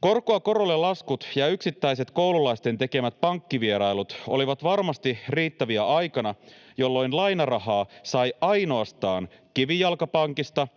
Korkoa korolle ‑laskut ja yksittäiset koululaisten tekemät pankkivierailut olivat varmasti riittäviä aikana, jolloin lainarahaa sai ainoastaan kivijalkapankista,